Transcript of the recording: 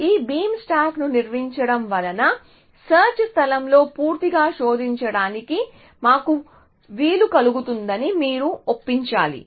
ఈ బీమ్ స్టాక్ను నిర్వహించడం వలన సెర్చ్ స్థలంలో పూర్తిగా శోధించడానికి మాకు వీలు కలుగుతుందని మీరే ఒప్పించాలి